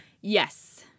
Yes